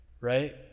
right